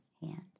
hand